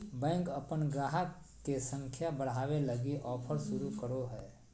bank अपन गाहक के संख्या बढ़ावे लगी ऑफर शुरू करो हय